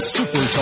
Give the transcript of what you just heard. Super